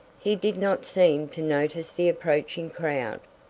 he did not seem to notice the approaching crowd.